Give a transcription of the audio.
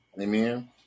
Amen